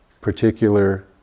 particular